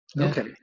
Okay